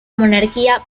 monarquía